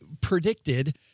predicted